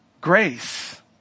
grace